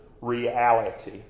reality